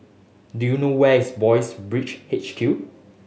do you know where is Boys' Brigade H Q